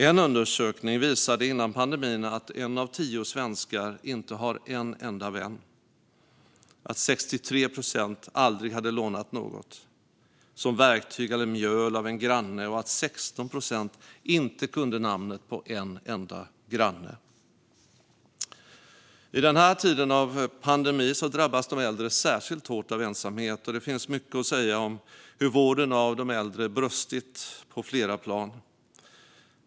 En undersökning före pandemin visade att en av tio svenskar inte hade en enda vän, att 63 procent aldrig hade lånat något, som verktyg eller mjöl, av en granne och att 16 procent inte kunde namnet på en enda granne. I denna tid av pandemi drabbas de äldre särskilt hårt av ensamhet, och det finns mycket att säga om hur vården av de äldre brustit på flera plan.